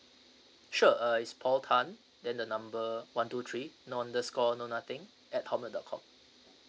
sure uh is paul tan then the number one two three non underscore no nothing at hotmail dot com